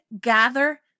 gather